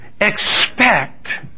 expect